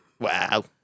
Wow